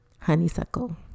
Honeysuckle